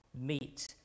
meet